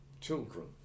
children